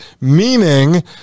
meaning